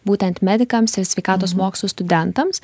būtent medikams ir sveikatos mokslų studentams